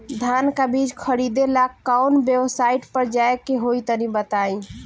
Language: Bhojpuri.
धान का बीज खरीदे ला काउन वेबसाइट पर जाए के होई तनि बताई?